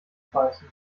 beißen